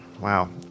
Wow